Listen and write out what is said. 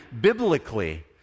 biblically